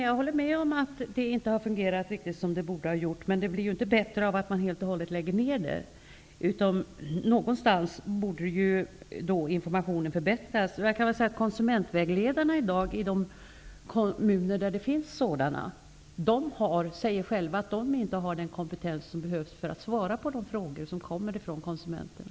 Jag håller med om att det inte har fungerat riktigt som det borde ha gjort. Men det blir ju inte bättre av att man lägger ner det helt och hållet. Informationen borde förbättras någonstans.